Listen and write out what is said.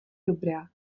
dobrá